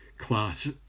Class